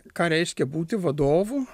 ką reiškia būti vadovu